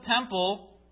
temple